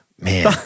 Man